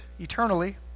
eternally